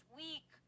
week